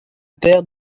père